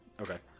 Okay